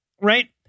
right